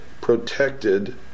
protected